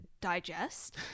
digest